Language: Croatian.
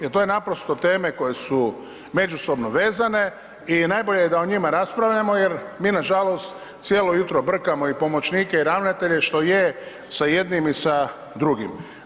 Jer to je naprosto teme koje su međusobno vezane i najbolje je da o njima raspravljamo jer mi nažalost cijelo jutro brkamo i pomoćnike i ravnatelje što je sa jednim i sa drugim.